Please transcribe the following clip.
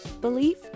Belief